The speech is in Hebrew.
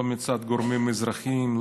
לא מצד גורמים אזרחיים,